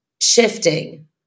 shifting